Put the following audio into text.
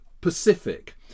pacific